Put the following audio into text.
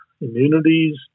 immunities